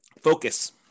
Focus